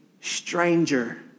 stranger